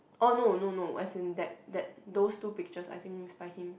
oh no no no as in that that those two pictures I think is by him